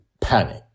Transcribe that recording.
Panic